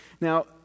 Now